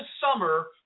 summer